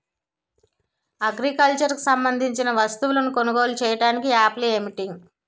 Agriculture కు సంబందించిన వస్తువులను కొనుగోలు చేయటానికి యాప్లు ఏంటి?